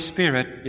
Spirit